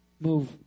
Move